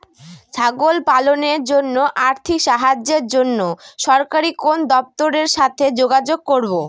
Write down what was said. ছাগল পালনের জন্য আর্থিক সাহায্যের জন্য সরকারি কোন দপ্তরের সাথে যোগাযোগ করব?